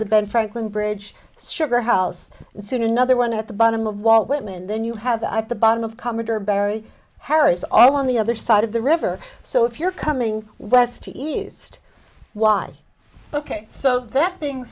the ben franklin bridge sugar house and soon another one at the bottom of walt whitman then you have at the bottom of commodore barry harris all on the other side of the river so if you're coming west to east why ok so that being